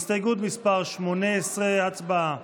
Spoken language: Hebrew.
הסתייגות מס' 18, הצבעה.